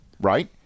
Right